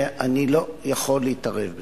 ואני לא יכול להתערב בזה.